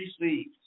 received